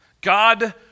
God